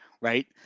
right